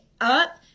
up